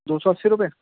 دو سو اسّی روپئے